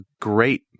great